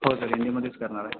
हो सर हिंदीमध्येच करणार आहे